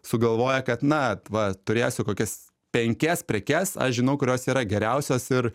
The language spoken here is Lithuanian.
sugalvoja kad na va turėsiu kokias penkias prekes aš žinau kurios yra geriausios ir